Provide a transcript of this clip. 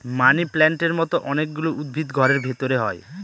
মানি প্লান্টের মতো অনেক গুলো উদ্ভিদ ঘরের ভেতরে হয়